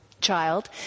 child